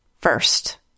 first